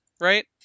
Right